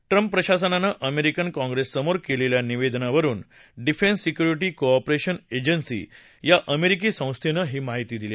Trump प्रशासनानं American काँग्रेससमोर केलेल्या निवेदनावरुन defence security cooperation agency या अमेरिकी संस्थेनं ही माहिती दिली